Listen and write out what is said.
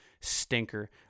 stinker